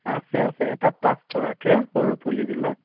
আছে আছে এটাত পাঁচ টকাকৈ সৰু পুলিবিলাক